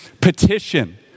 petition